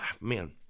Man